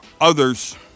others